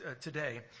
today